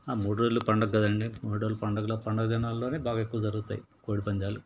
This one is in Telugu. ఆ మూడు రోజుల పండగ కదండీ మూడు రోజుల పండగ పండగ దినాల్లోనే బాగా ఎక్కువ జరుగుతాయి కోడి పందాలు